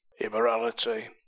immorality